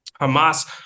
Hamas